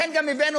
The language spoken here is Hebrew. לכן גם הבאנו